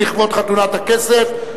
לכבוד חתונת הזהב,